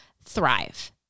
thrive